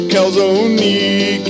Calzone